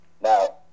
now